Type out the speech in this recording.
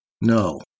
No